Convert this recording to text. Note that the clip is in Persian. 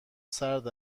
سرد